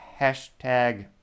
hashtag